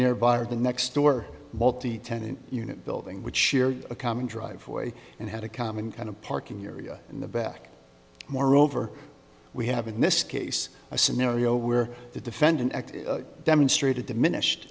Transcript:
nearby or the next store multi tenant unit building which shared a common driveway and had a common kind of parking area in the back moreover we have in this case a scenario where the defendant demonstrated diminished